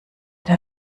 der